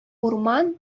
урман